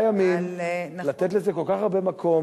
ב"7 ימים", לתת לזה כל כך הרבה מקום